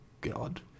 god